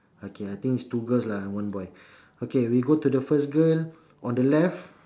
okay I think is two girls lah and one boy okay we go to the first girl on the left